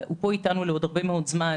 והוא פה איתנו לעוד הרבה זמן,